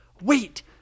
Wait